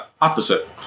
opposite